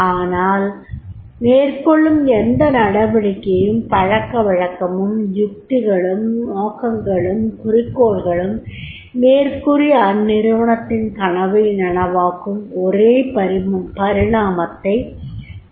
அதனால் மேற்கொள்ளும் எந்த நடவடிக்கையும் பழக்கவழக்கமும் யுக்திகளும் நோக்கங்களும் குறிக்கோள்களும் மேற்கூறிய அந்நிறுவனத்தின் கனவை நனவாக்கும் ஒரே பரிணாமத்தை மட்டுமே கொண்டிருக்கவேண்டும்